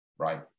right